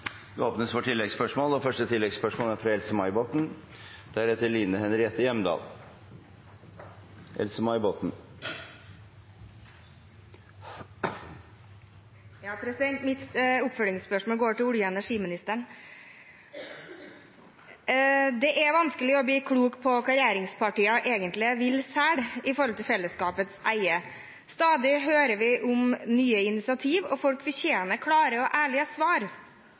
Det blir oppfølgingsspørsmål – først Else-May Botten. Mitt oppfølgingsspørsmål går til olje- og energiministeren. Det er vanskelig å bli klok på hva regjeringspartiene egentlig vil selge av fellesskapets eie. Stadig hører vi om nye initiativ, og folk fortjener klare og ærlige svar.